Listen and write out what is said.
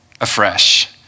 afresh